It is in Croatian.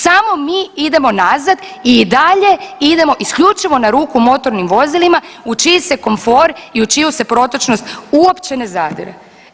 Samo mi idemo nazad i dalje idemo isključivo na ruku motornim vozilima u čiji se komfor i u čiju se protočnost uopće ne zadire.